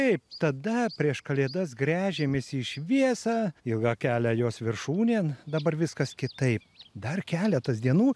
taip tada prieš kalėdas gręžiamės į šviesą ilgą kelią jos viršūnėn dabar viskas kitaip dar keletas dienų